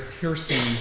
piercing